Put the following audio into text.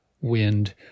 wind